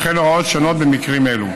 וכן הוראות שונות במקרים אלה.